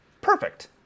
perfect